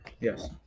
Yes